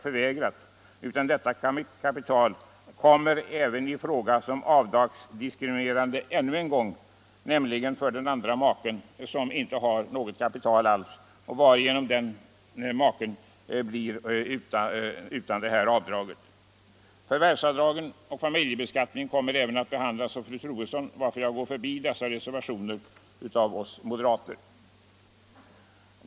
Dessutom blir detta kapital avdragsdiskriminerande ännu en gång, genom att även maken, som inte har något kapital alls, förlorar sitt avdrag. Också förvärvsavdragen och familjebeskattningen kommer att behandlas av fru Troedsson, varför jag även går förbi reservationerna av oss moderater på dessa punkter.